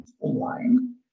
online